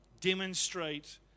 demonstrate